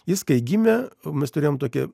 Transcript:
jis kai gimė mes turėjome tokį